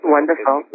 Wonderful